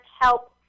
help